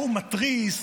ההוא מתריס,